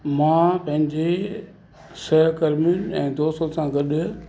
मां पंहिंजे सहकर्मी ऐं दोस्त सां गॾु